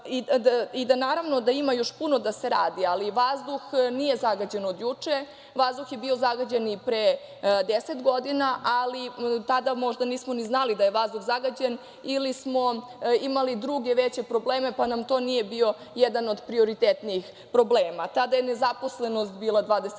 bolji. Naravno da ima još puno da se radi, ali vazduh nije zagađen od juče. Vazduh je bio zagađen i pre deset godina, ali tada možda nismo ni znali da je vazduh zagađen ili smo imali druge veće probleme, pa nam to nije bio jedan od prioritetnijih problema. Tada je nezaposlenost bila 26%, a